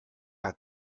hat